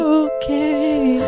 okay